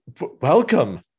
welcome